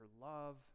love